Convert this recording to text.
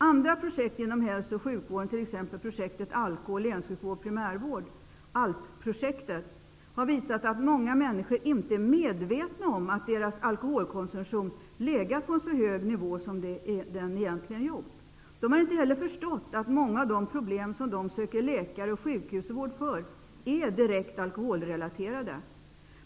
Andra projekt inom hälso och sjukvården, t.ex. ALP-projektet, har visat att många människor inte är medvetna om att deras alkoholkonsumtion legat på en så hög nivå som den egentligen har gjort. De har inte heller förstått att många av de problem som de söker läkare och sjukhusvård för är direkt alkoholrelaterade.